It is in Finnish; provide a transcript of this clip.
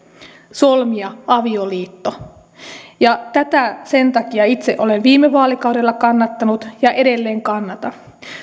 solmia avioliitto sen takia itse olen tätä viime vaalikaudella kannattanut ja edelleen kannatan